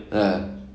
uh